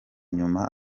inyuma